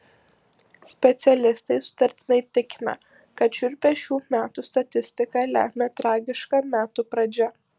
specialistai sutartinai tikina kad šiurpią šių metų statistiką lemia tragiška metų pradžia